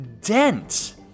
Dent